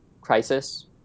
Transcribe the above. crisis